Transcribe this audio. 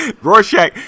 Rorschach